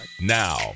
Now